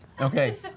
Okay